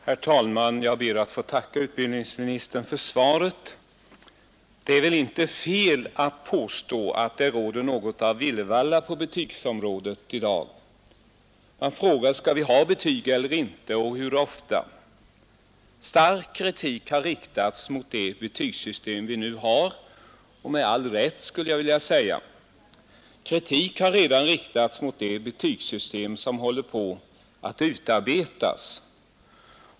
Herr talman! Jag ber att få tacka utbildningsministern för svaret. Det är väl inte fel att påstå att det råder något av villervalla på betygsområdet i dag. Man frågar: Skall vi ha betyg eller inte, och hur ofta? Stark kritik har riktats mot det betygssystem vi nu har — med all rätt skulle jag vilja säga. Kritik har redan riktats även mot det betygssystem som håller på att utarbetas.